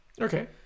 Okay